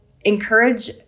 encourage